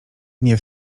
nie